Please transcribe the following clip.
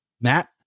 Matt